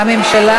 הממשלה,